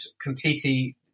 completely